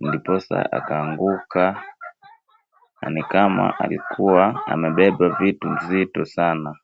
na ndiposa akaanguka, na ni kama alikuwa anabeba vitu nzito sana.